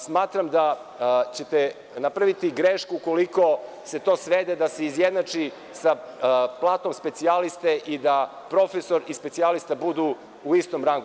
Smatram da ćete napraviti grešku ukoliko se to svede da se izjednači sa platom specijaliste i da profesor i specijalista budu u istom rangu.